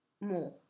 more